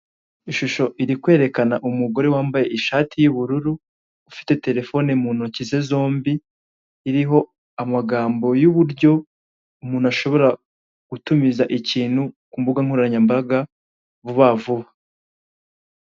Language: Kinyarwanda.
Ishusho iri kwerekana umugore wambaye ishati y'ubururu ufite terefone mu ntoki ze zombi iriho amagambo y'uburyo umuntu ashobora gutumiza ikintu ku mbuhankoranyambaga vuba vuba.